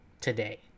today